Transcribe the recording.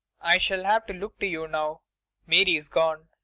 i shall have to look to you now mary's gone.